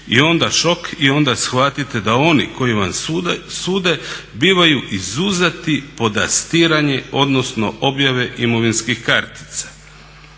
i onda šok, i onda shvatite da oni koji vam sude bivaju izuzeti podastiranja odnosno objave imovinskih kartica.